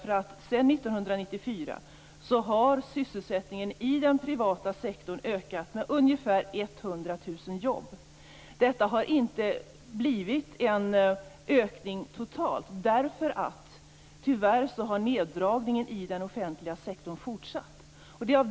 Sedan 1994 har sysselsättningen i den privata sektorn ökat med ungefär 100 000 jobb. Det har inte blivit en ökning totalt, därför att tyvärr har neddragningen i den offentliga sektorn fortsatt.